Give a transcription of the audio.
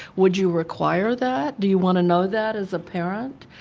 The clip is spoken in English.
would you require that, do you want to know that as a parent?